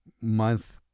month